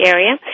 Area